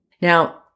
Now